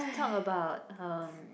talk about um